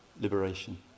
liberation